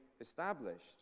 established